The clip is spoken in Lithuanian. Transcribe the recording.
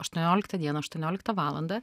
aštuonioliktą dieną aštuonioliktą valandą